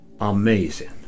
amazing